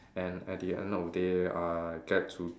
and at the end of the day I get to